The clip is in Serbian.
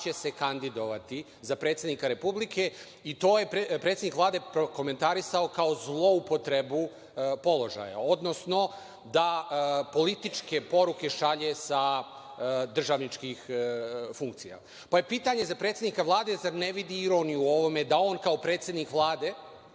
će se kandidovati za predsednika Republike i to je predsednik Vlade prokomentarisao kao zloupotrebu položaja, odnosno da političke poruke šalje sa državničkih funkcija. Pitanje za predsednika Vlade, zar ne vidi ironiju u ovome da on kao predsednik Vlade